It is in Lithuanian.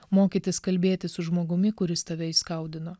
mokytis kalbėtis su žmogumi kuris tave įskaudino